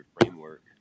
framework